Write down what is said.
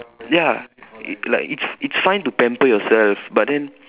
ya like it's it's fine to pamper yourself but then